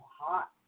hot